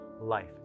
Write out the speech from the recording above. life